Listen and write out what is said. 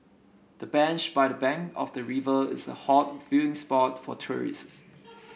the bench by the bank of the river is a hot viewing spot for tourists